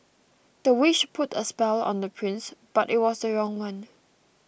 the witch put a spell on the prince but it was the wrong one